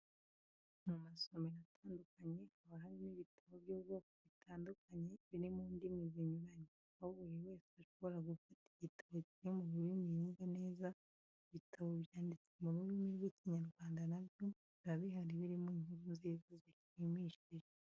Mu masomero atandukanye haba harimo ibitabo by'ubwoko bitandukanye biri mu ndimi zinyuranye, aho buri wese ashobora gufata igitabo kiri mu rurimi yumva neza, ibitabo byanditse mu rurimi rw'Ikinyarwanda na byo biba bihari birimo inkuru nziza zishimishije.